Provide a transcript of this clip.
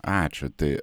ačiū tai